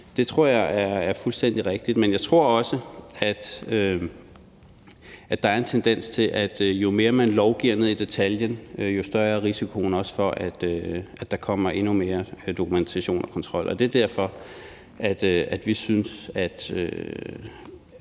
Det tror jeg er fuldstændig rigtigt, men jeg tror også, at der er en tendens til, at jo mere man lovgiver ned i detaljen, jo større er risikoen også for, at der kommer endnu mere dokumentation og kontrol. Så selv om klippekortordningen, som